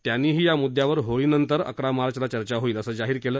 त्यांनीही या मुद्द्यावर होळीनंतर अकरा मार्चला चर्चा होईल असं जाहीर केलं